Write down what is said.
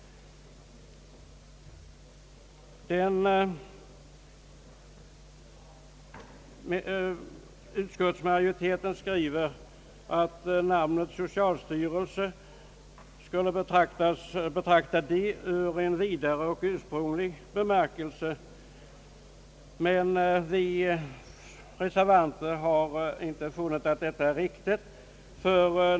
Utskottsmajoriteten skriver att namnet socialstyrelsen skulle fattas i en vidare och mer ursprunglig bemärkelse, men vi reservanter har inte funnit att detta är riktigt.